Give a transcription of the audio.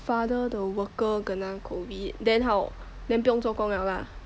father 的 worker kena COVID then then how 不用做工了啦